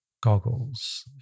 goggles